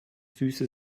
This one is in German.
süße